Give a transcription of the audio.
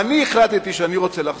ואני החלטתי שאני רוצה לחזור,